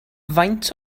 faint